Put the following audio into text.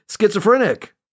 schizophrenic